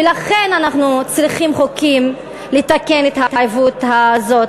ולכן אנחנו צריכים חוקים כדי לתקן את העיוות הזה.